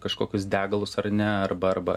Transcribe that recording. kažkokius degalus ar ne arba arba